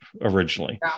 originally